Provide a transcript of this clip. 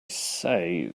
say